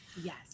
Yes